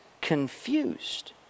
confused